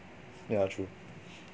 yeah true